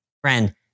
Friend